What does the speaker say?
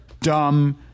dumb